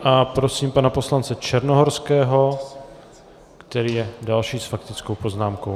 A prosím pana poslance Černohorského, který je další s faktickou poznámkou.